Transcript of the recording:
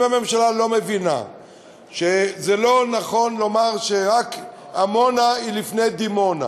אם הממשלה לא מבינה שזה לא נכון לומר שרק עמונה היא לפני דימונה,